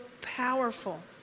powerful